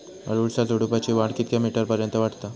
अडुळसा झुडूपाची वाढ कितक्या मीटर पर्यंत वाढता?